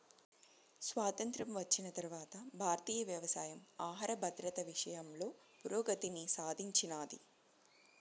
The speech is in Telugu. స్వాతంత్ర్యం వచ్చిన తరవాత భారతీయ వ్యవసాయం ఆహర భద్రత విషయంలో పురోగతిని సాధించినాది